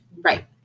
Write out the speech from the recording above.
Right